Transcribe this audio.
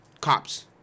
Cops